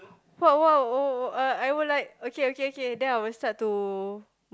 what what what uh I will like okay okay okay then I would start to